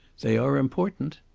they are important.